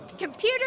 Computer